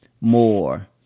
more